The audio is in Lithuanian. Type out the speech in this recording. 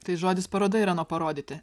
tai žodis paroda yra nuo parodyti